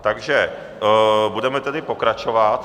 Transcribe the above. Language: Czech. Takže budeme tedy pokračovat.